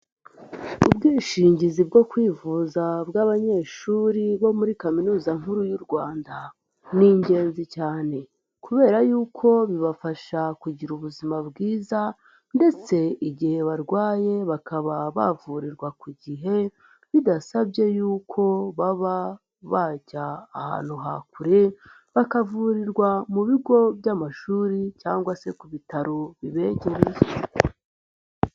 Ubwishingizi bwo kwivuza bw'abanyeshuri bo muri kaminuza nkuru y'u Rwanda ni ingenzi cyane kubera y'uko bibafasha kugira ubuzima bwiza ndetse igihe barwaye bakaba bavurirwa ku gihe bidasabye y'uko baba bajya ahantu ha kure bakavurirwa mu bigo by'amashuri cyangwa se ku bitaro bibegereye.